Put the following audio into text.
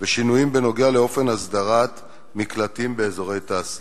ושינויים בנוגע לאופן הסדרת מקלטים באזורי תעשייה.